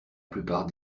plupart